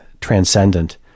transcendent